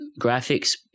graphics